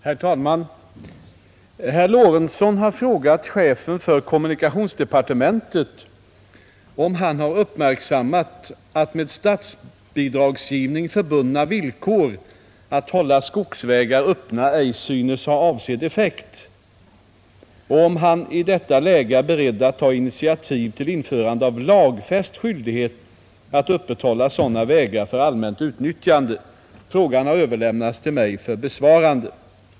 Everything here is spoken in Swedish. Herr talman! Herr Lorentzon har frågat chefen för kommunikationsdepartementet om han har uppmärksammat att med statsbidragsgivning förbundna villkor att hålla skogsvägar öppna ej synes ha avsedd effekt och om han i detta läge är beredd att ta initiativ till införande av lagfäst skyldighet att öppethålla sådana vägar för allmänt utnyttjande. Frågan har överlämnats till mig för besvarande.